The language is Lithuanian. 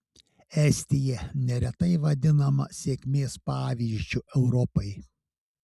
estija neretai vadinama sėkmės pavyzdžiu europai